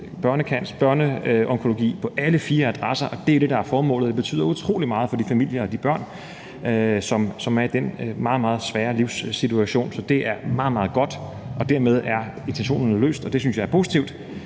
beholder børneonkologien på alle fire adresser, og det er jo det, der er formålet, og det betyder utrolig meget for de familier og for de børn, som er i den meget, meget svære livssituation. Så det er meget, meget godt, og dermed er det jo med hensyn til intentionen løst, og det synes jeg er positivt.